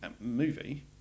movie